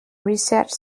research